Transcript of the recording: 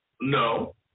No